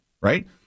right